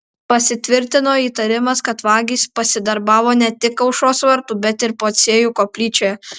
pasitvirtino įtarimas kad vagys pasidarbavo ne tik aušros vartų bet ir pociejų koplyčioje